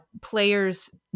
players